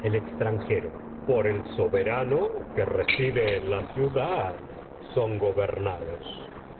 extranjero por el soberano que reside en la ciudad son gobernados